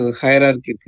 hierarchy